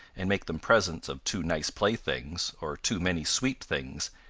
and make them presents of too nice playthings, or too many sweet things,